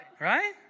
right